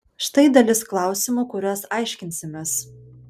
štai dalis klausimų kuriuos aiškinsimės